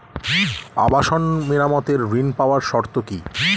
আবাসন মেরামতের ঋণ পাওয়ার শর্ত কি?